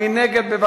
מי נגד?